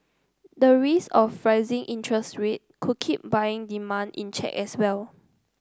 the risk of interest rate could keep buying demand in check as well